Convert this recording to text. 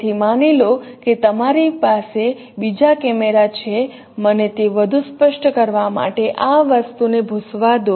તેથી માની લો કે તમારી પાસે બીજો કૅમેરા છે મને તે વધુ સ્પષ્ટ કરવા માટે આ વસ્તુને ભુસવા દો